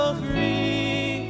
free